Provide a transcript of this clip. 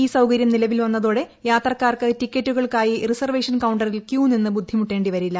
ഈ സൌകരൃം നിലവിൽ വന്നതോടെ യാത്രക്കാർക്ക് ടിക്കറ്റുകൾക്കായി റിസർവേഷൻ കൌണ്ടറിൽ ക്യൂ നിന്നു ബുദ്ധിമുട്ടേണ്ടി വരില്ല